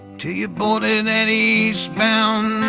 till you bought it and at eastbound